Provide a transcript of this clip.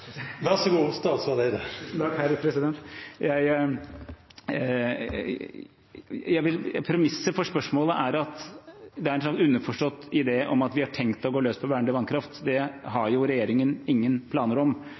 for spørsmålet er en underforstått idé om at vi har tenkt å gå løs på vernede vassdrag. Det har jo regjeringen ingen planer om.